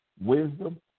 wisdom